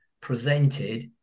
presented